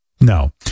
No